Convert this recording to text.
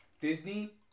Disney